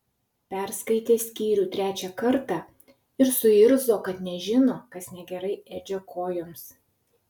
perskaitė skyrių trečią kartą ir suirzo kad nežino kas negerai edžio kojoms